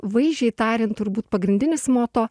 vaizdžiai tariant turbūt pagrindinis moto